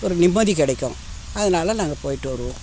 ஒரு நிம்மதி கிடைக்கும் அதனால் நாங்கள் போய்விட்டு வருவோம்